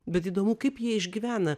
bet įdomu kaip jie išgyvena